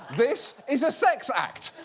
this. is a sex act.